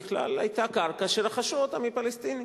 בכלל זו היתה קרקע שרכשו אותה מפלסטינים,